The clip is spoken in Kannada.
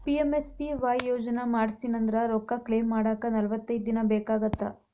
ಪಿ.ಎಂ.ಎಸ್.ಬಿ.ವಾಯ್ ಯೋಜನಾ ಮಾಡ್ಸಿನಂದ್ರ ರೊಕ್ಕ ಕ್ಲೇಮ್ ಮಾಡಾಕ ನಲವತ್ತೈದ್ ದಿನ ಬೇಕಾಗತ್ತಾ